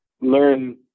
learn